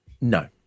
No